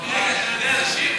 אתה יודע לשיר?